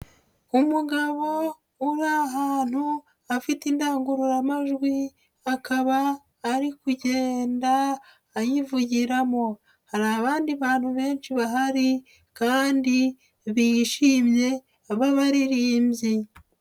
Umugabo uri ahantu afite indangururamajwi akaba ari kugenda ayivugiramo, hari abandi bantu benshi bahari kandi bishimye b'abaririmbyi.